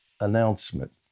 announcement